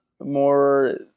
More